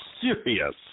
serious